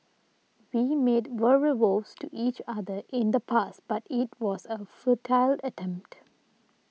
we made verbal vows to each other in the past but it was a futile attempt